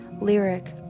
Lyric